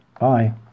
Bye